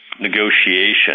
negotiation